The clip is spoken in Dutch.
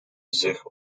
zich